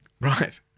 Right